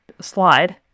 slide